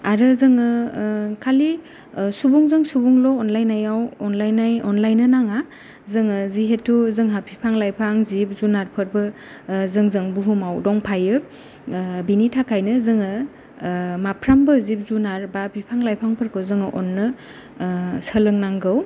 आरो जोङो खालि सुबुंजों सुबुंल' अनलायनायाव अनलायनाय अनलायनो नाङा जोङो जिहेतु जोंहा बिफां लाइफां जिब जुनार फोरबो जोंजों बुहुमाव दंफायो बेनि थाखायनो जोङो माफ्रोमबो जिब जुनार बा बिफां लाइफां फोरखौ जोङो अननो सोलोंनांगौ